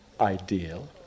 ideal